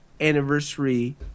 anniversary